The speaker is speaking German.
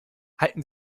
halten